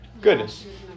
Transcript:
Goodness